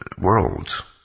world